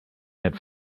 that